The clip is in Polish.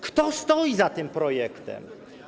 Kto stoi za tym projektem?